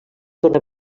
torna